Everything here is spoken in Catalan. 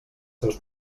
seus